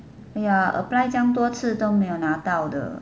!aiya! apply 这样多次都没有拿到的